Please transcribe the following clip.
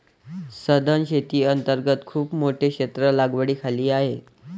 सधन शेती अंतर्गत खूप मोठे क्षेत्र लागवडीखाली आहे